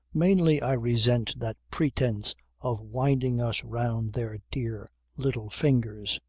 mainly i resent that pretence of winding us round their dear little fingers,